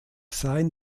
sein